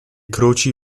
croci